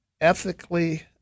ethically